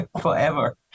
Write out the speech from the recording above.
forever